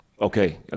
Okay